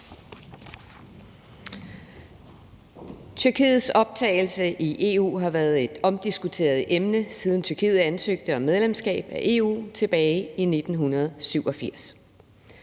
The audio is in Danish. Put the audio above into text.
Tyrkiets optagelse i EU har været et omdiskuteret emne, siden Tyrkiet ansøgte om medlemskab af EU tilbage i 1987.